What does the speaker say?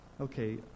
okay